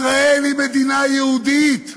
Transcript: ישראל היא מדינה יהודית.